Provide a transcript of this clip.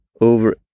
over